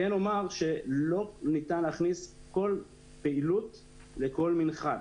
כן אומר שלא ניתן להכניס כל פעילות לכל מנחת.